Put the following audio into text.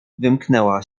wymknęła